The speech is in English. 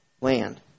land